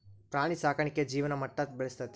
ಪ್ರಾಣಿ ಸಾಕಾಣಿಕೆ ಜೇವನ ಮಟ್ಟಾ ಬೆಳಸ್ತತಿ